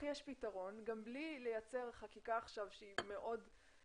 גם בוועדה דיברו על החליפו,